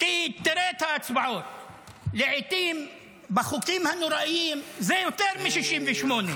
כי תראה את ההצבעות: לעיתים בחוקים הנוראיים זה יותר מ-68,